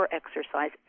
exercise